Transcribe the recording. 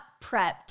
prepped